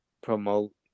promote